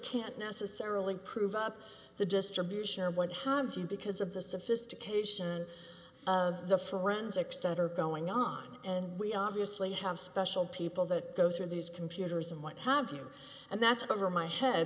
can't necessarily prove up the distribution of what harms you because of the sophistication of the forensics that are going on and we obviously have special people that go through these computers and what have you and that's over my head